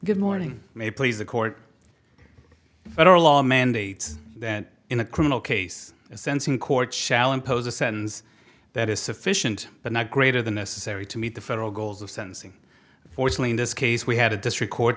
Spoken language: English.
good morning may please the court federal law mandates that in a criminal case a sense in court shall impose a sentence that is sufficient but not greater than necessary to meet the federal goals of sentencing fortunately in this case we had a district court